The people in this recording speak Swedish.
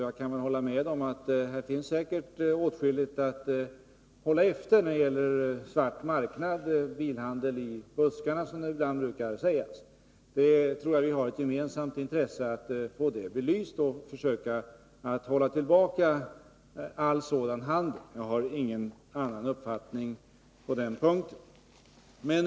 Jag kan hålla med om att det finns åtskilligt att hålla efter när det gäller den svarta marknaden — bilhandel i buskarna, som det ibland brukar sägas. Jag tror att vi har ett gemensamt intresse av att få detta belyst och att försöka hålla tillbaka all sådan handel. Jag har ingen annan uppfattning på den punkten.